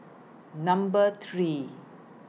Number three